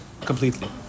Completely